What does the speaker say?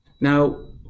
Now